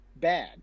bad